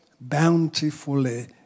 bountifully